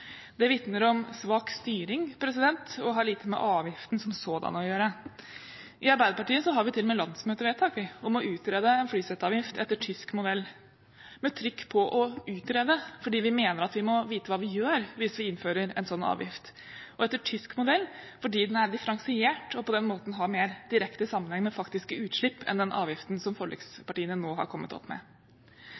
Det vitner om svak styring og har lite med avgiften som sådan å gjøre. I Arbeiderpartiet har vi til og med landsmøtevedtak om å utrede en flyseteavgift etter tysk modell, med trykk på å utrede, fordi vi mener at vi må vite hva vi gjør hvis vi innfører en slik avgift – og etter tysk modell fordi den er differensiert og på den måten har mer direkte sammenheng med faktiske utslipp enn den avgiften som forlikspartiene nå har kommet opp med.